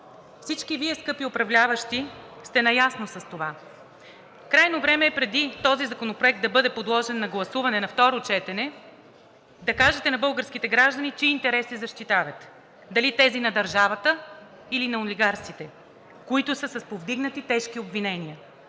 Всички Вие, скъпи управляващи, сте наясно с това. Крайно време е преди този законопроект да бъде подложен на гласуване на второ четене, да кажете на българските граждани чии интереси защитавате – дали тези на държавата, или на олигарсите, които са с повдигнати тежки обвинения.